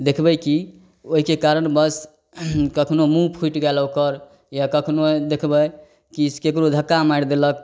देखबै कि ओहिके कारणवश कखनहु मुँह फुटि गेल ओकर या कखनहु देखबै कि ककरो धक्का मारि देलक